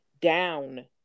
down